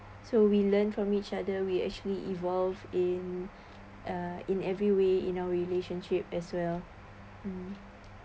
so we learn from each other we actually evolve in uh and in every way in our relationship as well mm